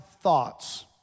thoughts